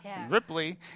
Ripley